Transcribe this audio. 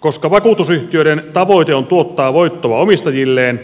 koska vakuutusyhtiöiden tavoite on tuottaa voittoa omistajilleen